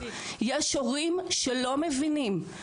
יש הורים שלא מבינים,